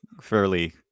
fairly